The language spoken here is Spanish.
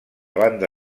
banda